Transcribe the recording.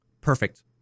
perfect